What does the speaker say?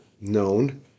known